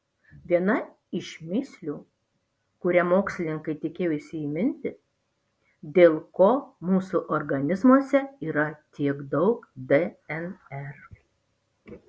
viena iš mįslių kurią mokslininkai tikėjosi įminti dėl ko mūsų organizmuose yra tiek daug dnr